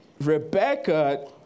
Rebecca